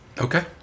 Okay